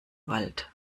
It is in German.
wald